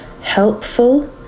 helpful